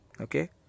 Okay